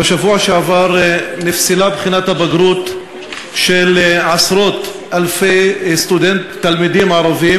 בשבוע שעבר נפסלה בחינת הבגרות של עשרות-אלפי תלמידים ערבים,